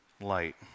Light